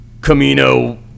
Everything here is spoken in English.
Camino